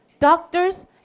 doctors